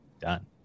done